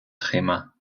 tréma